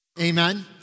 Amen